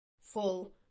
full